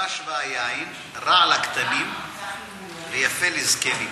הדבש והיין רע לקטנים ויפה לזקנים,